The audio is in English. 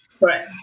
right